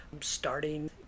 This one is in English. Starting